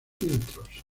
filtros